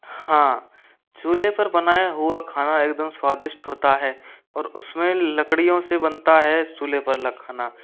हाँ चूल्हे पर बनाया हुआ खाना एकदम स्वादिष्ट होता है और उसमें लकड़ियों से बनता है चूल्हे पर ल खाना